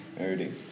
Already